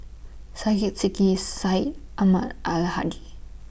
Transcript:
Syed Sheikh Syed Ahmad Al Hadi